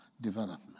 development